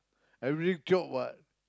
everyday chop [what]